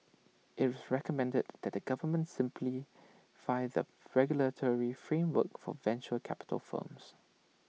IT recommended that the government simplify the regulatory framework for venture capital firms